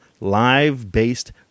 live-based